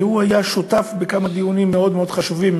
והוא היה שותף בכמה דיונים מאוד מאוד חשובים,